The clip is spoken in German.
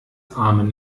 amen